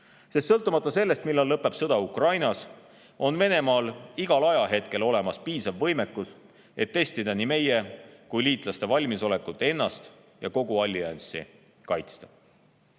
Sest sõltumata sellest, millal lõpeb sõda Ukrainas, on Venemaal igal ajahetkel olemas piisav võimekus, et testida nii meie kui ka liitlaste valmisolekut ennast ja kogu allianssi kaitsta.